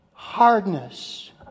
Hardness